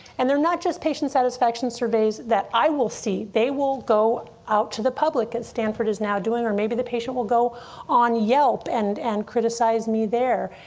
and they're not just patient satisfaction surveys that i will see. they will go out to the public, as stanford is now doing. or maybe the patient will go on yelp end and criticize me there.